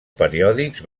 periòdics